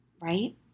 right